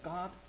God